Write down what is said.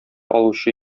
алучы